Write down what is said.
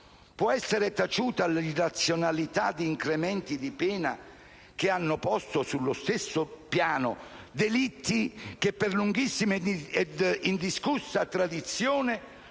può essere taciuta l'irrazionalità di incrementi di pena che hanno posto sullo stesso piano delitti che, per lunghissima ed indiscussa tradizione,